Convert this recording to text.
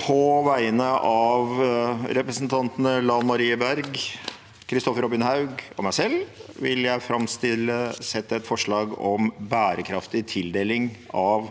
På vegne av representantene Lan Marie Nguyen Berg, Kristoffer Robin Haug og meg selv vil jeg framsette et forslag om en bærekraftig tildeling av